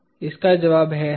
इसका जवाब है हाँ